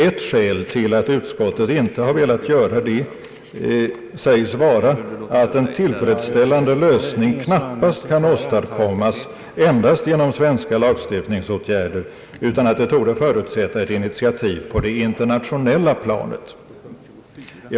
Ett skäl till att utskottet inte har velat göra det säges vara att en tillfredsställande lösning knappast kan åstadkommas endast genom svenska lagstiftningsåtgärder, utan att det torde förutsätta initiativ på det internationella planet.